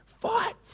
fight